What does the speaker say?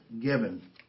given